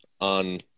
on